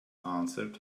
answered